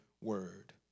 word